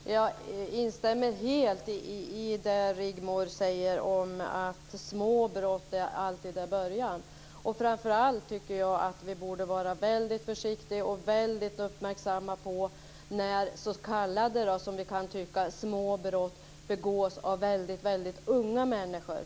Fru talman! Jag instämmer helt i det Rigmor Stenmark säger om att små brott alltid är början. Jag tycker att vi framför allt borde vara väldigt försiktiga och uppmärksamma när s.k. små brott begås av väldigt unga människor.